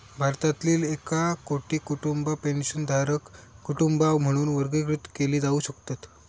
भारतातील एक कोटी कुटुंबा पेन्शनधारक कुटुंबा म्हणून वर्गीकृत केली जाऊ शकतत